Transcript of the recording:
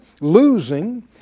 losing